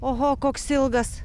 oho koks ilgas